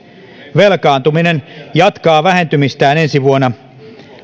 velkaantuminen jatkaa vähentymistään ensi vuonna